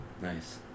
Nice